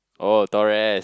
oh Taurus